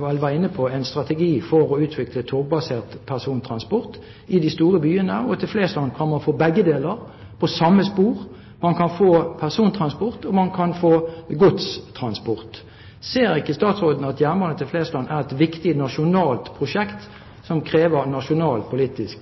vel var inne på, en strategi for å utvikle togbasert persontransport i de store byene. Til Flesland kan man få begge deler på samme spor – man kan få persontransport, og man kan få godstransport. Ser ikke statsråden at jernbane til Flesland er et viktig nasjonalt prosjekt som krever nasjonal, politisk